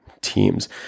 teams